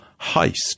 heist